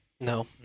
no